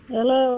Hello